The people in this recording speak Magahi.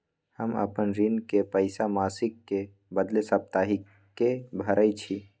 हम अपन ऋण के पइसा मासिक के बदले साप्ताहिके भरई छी